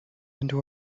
into